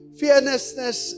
fearlessness